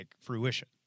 fruition